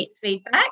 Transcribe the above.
feedback